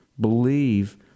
Believe